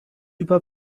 über